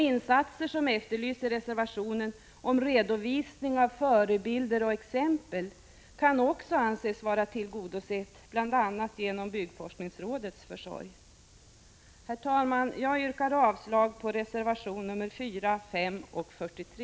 Insatser som efterlyses i reservationen om redovisning av förebilder och exempel kan också anses vara tillgodosedda bl.a. genom byggforskningsrådets försorg. Herr talman! Jag yrkar avslag på reservationerna 4, 5 och 43.